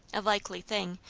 likely thing,